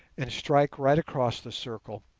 and strike right across the circle,